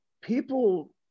people